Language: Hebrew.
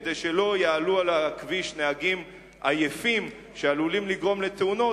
כדי שלא יעלו על הכביש נהגים עייפים שעלולים לגרום לתאונות,